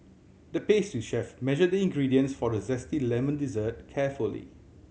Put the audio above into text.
the pastry chef measured the ingredients for a zesty lemon dessert carefully